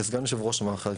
כסגן יושב ראש מח"ש,